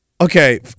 Okay